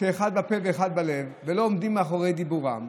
שאחד בפה ואחד בלב ולא עומדים מאחורי דיבורם: